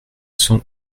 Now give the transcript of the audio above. cent